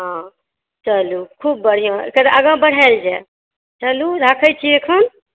हॅं चलू खुब बढ़िऑं एकर आगाँ बढ़ायल जाय चलू राखैछी एखन